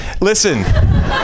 Listen